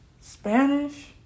Spanish